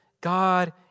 God